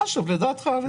לדעתך.